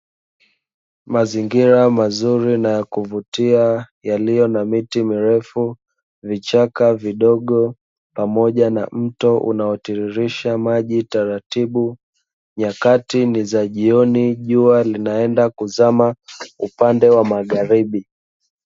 Mazingira mazuri na yakuvutia, yaliyo na miti mirefu, vichaka vidogo pamoja na mto unaotiririsha maji taratibu, nyakati ni za jioni, jua linaenda kuzama upande wa magharibi.